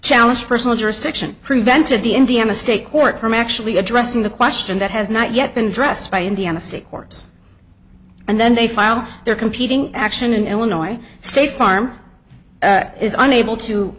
challenge personal jurisdiction prevented the indiana state court from actually addressing the question that has not yet been dressed by indiana state courts and then they file their competing action in illinois state farm is unable to